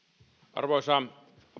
arvoisa